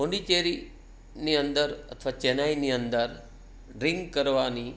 પોંડિચેરીની અંદર અથવા ચેન્નઈની અંદર ડ્રિંક કરવાની